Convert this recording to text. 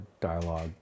dialogue